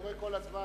קורא כל הזמן.